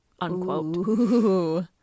unquote